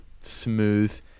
smooth